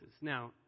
Now